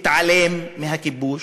התעלם מהכיבוש,